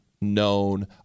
known